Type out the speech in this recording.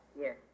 Yes